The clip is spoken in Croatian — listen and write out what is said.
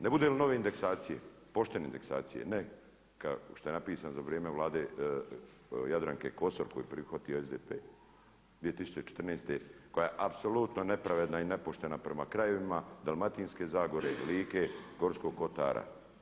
Ne bude li nove indeksacije, poštene indeksacije ne što je napisano za vrijeme Vlade Jadranke Kosor koju je prihvatio SDP 2014. koja je apsolutno nepravedna i nepoštena prema krajevima Dalmatinske zagore, Like, Gorskog kotara.